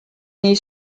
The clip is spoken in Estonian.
nii